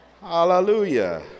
Hallelujah